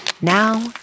Now